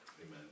Amen